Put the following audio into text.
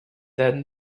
then